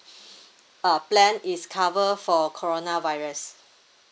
uh plan is cover for corona virus